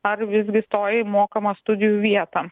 ar visgi stoja į mokamą studijų vietą